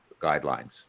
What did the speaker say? guidelines